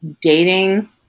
dating